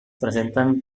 presenten